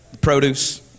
Produce